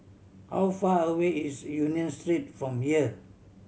how far away is Union Street from here